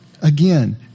Again